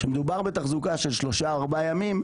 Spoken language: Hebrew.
כשמדובר בתחזוקה של שלושה-ארבעה ימים,